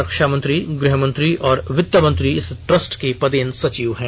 रक्षामंत्री गृहमंत्री और वित्तमंत्री इस ट्रस्ट के पदेन सचिव हैं